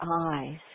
eyes